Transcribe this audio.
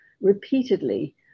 repeatedly